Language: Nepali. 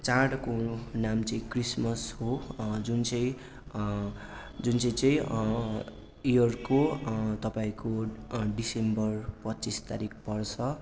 चाडको नाम चाहिँ क्रिसमस हो जुन चाहिँ जुन चाहिँ चाहिँ इयरको तपाईँको डिसेम्बर पच्चिस तारिक पर्छ